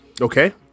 Okay